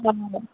हा